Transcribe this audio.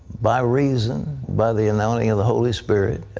by reason, by the anointing of the holy spirit,